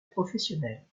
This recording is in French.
professionnelle